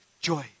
joy